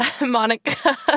Monica